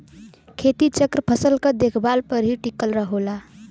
खेती चक्र फसल क देखभाल पर ही टिकल होला